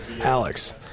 Alex